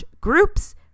groups